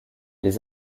les